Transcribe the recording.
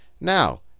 Now